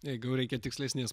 jeigu jau reikia tikslesnės